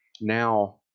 now